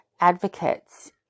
advocates